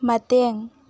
ꯃꯇꯦꯡ